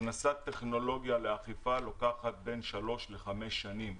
הכנסת טכנולוגיה לאכיפה לוקחת בין 3 ל-5 שנים.